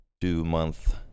Two-month